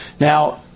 Now